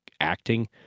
acting